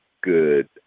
good